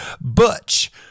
butch